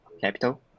Capital